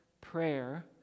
prayer